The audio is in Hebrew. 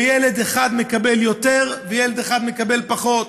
וילד אחד מקבל יותר וילד אחד מקבל פחות,